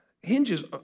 hinges